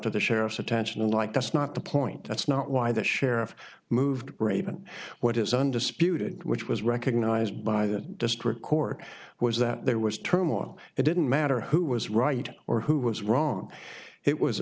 to the sheriff's attention like that's not the point that's not why the sheriff moved raven what is undisputed which was recognized by the district court was that there was turmoil it didn't matter who was right or who was wrong it was